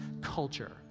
culture